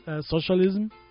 Socialism